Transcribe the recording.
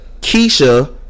Keisha